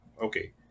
Okay